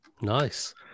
Nice